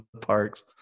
parks